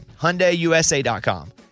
HyundaiUSA.com